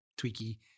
tweaky